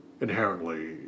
inherently